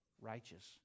righteous